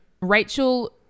Rachel